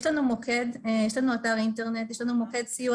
יש לנו אתר אינטרנט, יש לנו מוקד סיוע.